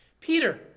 Peter